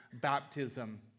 baptism